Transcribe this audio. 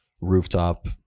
rooftop